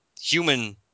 human